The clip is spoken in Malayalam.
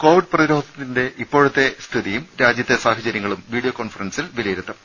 കോവിഡ് പ്രതിരോധത്തിന്റെ ഇപ്പോഴത്തെ സ്ഥിതിയും രാജ്യത്തെ സാഹചര്യങ്ങളും വീഡിയോ കോൺഫറൻസിൽ വിലയിരുത്തും